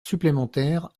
supplémentaires